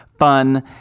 fun